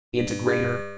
integrator